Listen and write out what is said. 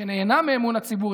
שנהנה מאמון הציבור,